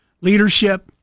leadership